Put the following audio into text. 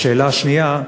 שאלה שנייה: